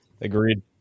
Agreed